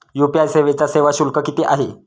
UPI सेवेचा सेवा शुल्क किती आहे?